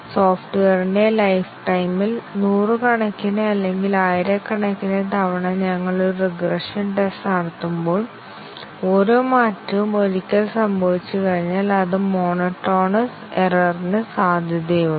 സോഫ്റ്റ്വെയറിന്റെ lifetime ഇൽ നൂറുകണക്കിന് അല്ലെങ്കിൽ ആയിരക്കണക്കിന് തവണ ഞങ്ങൾ ഒരു റിഗ്രഷൻ ടെസ്റ്റ് നടത്തുമ്പോൾ ഓരോ മാറ്റവും ഒരിക്കൽ സംഭവിച്ചുകഴിഞ്ഞാൽ അത് മോണോട്ടോണസ് എറർ ന് സാധ്യതയുണ്ട്